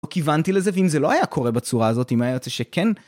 לא כיוונתי לזה, ואם זה לא היה קורה בצורה הזאת, אם היה יוצא שכן.